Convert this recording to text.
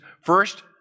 first